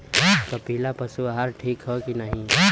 कपिला पशु आहार ठीक ह कि नाही?